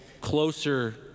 closer